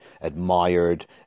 admired